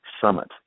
Summit